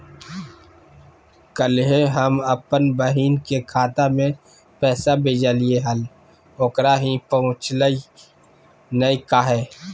कल्हे हम अपन बहिन के खाता में पैसा भेजलिए हल, ओकरा ही पहुँचलई नई काहे?